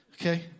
Okay